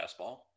fastball